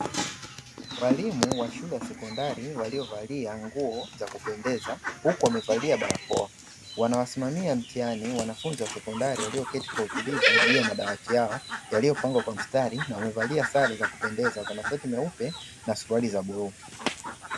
Walimu wa shule ya sekondari, waliovaa nguo za kupendeza huku wamevalia barakoa. Wanawasimamia mtihani wanafunzi wa sekondari walioketi juu ya madawati yao, yaliyopangwa kwa mistari, na wamevalia sale za kupendeza za mashati meupe na suruali za bluu.